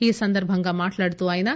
ఈ సందర్బంగా మాట్లాడుతూ ఆయన